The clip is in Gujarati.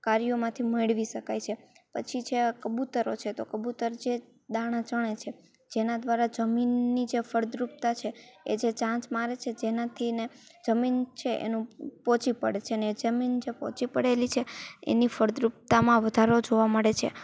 કાર્યોમાંથી મેળવી શકાય છે પછી છે આ કબૂતરો છે તો કબૂતર જે દાણા ચણે છે જેના દ્વારા જમીનની જે ફળદ્રુપતા છે એ જે ચાંચ મારે છે જેનાથી એને જમીન છે એનું પોચી પડે છે અને જમીન જ પોચી પડેલી છે એની ફળદ્રુપતામાં વધારો જોવા મળે છે